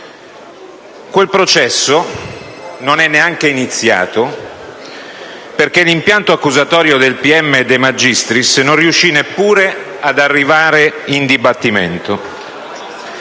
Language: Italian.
Quel processo non è neanche iniziato, perché l'impianto accusatorio del pm De Magistris non riuscì neppure ad arrivare in dibattimento.